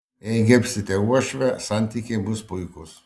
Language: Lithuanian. jei gerbsite uošvę santykiai bus puikūs